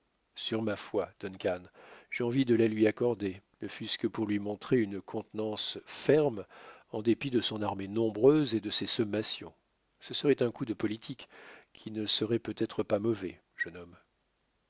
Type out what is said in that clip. sur ma foi duncan j'ai envie de la lui accorder ne fût-ce que pour lui montrer une contenance ferme en dépit de son armée nombreuse et de ses sommations ce serait un coup de politique qui ne serait peut-être pas mauvais jeune homme